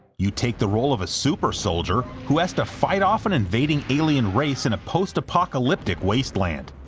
you take the role of a super-soldier who has to fight off an invading alien race in a post-apocalyptic wasteland.